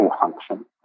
function